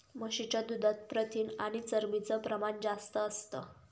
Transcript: म्हशीच्या दुधात प्रथिन आणि चरबीच प्रमाण जास्त असतं